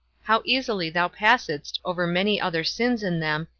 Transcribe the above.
how easily thou passedst over many other sins in them,